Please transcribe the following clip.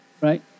Right